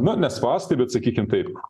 na ne spąstai bet sakykim taip